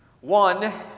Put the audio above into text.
one